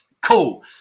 Cool